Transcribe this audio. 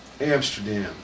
Amsterdam